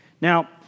Now